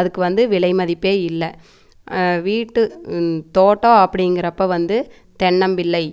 அதுக்கு வந்து விலை மதிப்பே இல்லை வீட்டு தோட்டம் அப்படிங்குறப்ப வந்து தென்னம்பிள்ளை